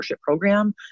program